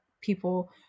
people